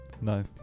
No